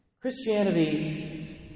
Christianity